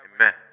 amen